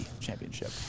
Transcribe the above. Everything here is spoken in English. championship